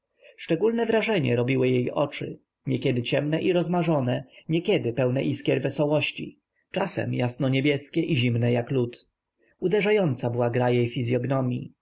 szczególne wrażenie robiły jej oczy niekiedy ciemne i rozmarzone niekiedy pełne iskier wesołości czasem jasno niebieskie i zimne jak lód uderzająca była gra jej